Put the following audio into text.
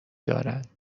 دارند